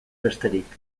besterik